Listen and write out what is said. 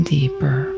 deeper